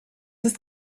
ist